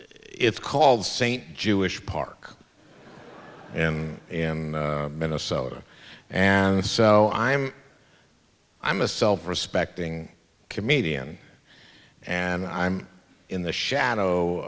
it's called st jewish park and in minnesota and so i'm i'm a self respecting comedian and i'm in the shadow